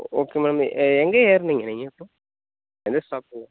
ஓ okay madam நீ எங்கே ஏறுனிங்க நீங்கள் இப்போ எந்த ஸ்டாப் நீங்கள்